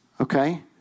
okay